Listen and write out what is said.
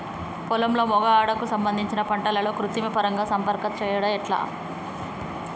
పొలంలో మగ ఆడ కు సంబంధించిన పంటలలో కృత్రిమ పరంగా సంపర్కం చెయ్యడం ఎట్ల?